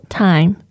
time